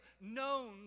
known